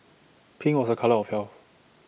pink was A colour of heal